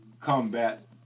combat